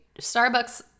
starbucks